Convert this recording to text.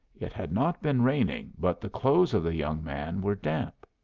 it had not been raining, but the clothes of the young man were damp.